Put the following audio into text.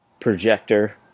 projector